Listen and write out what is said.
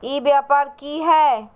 ई व्यापार की हाय?